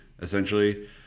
essentially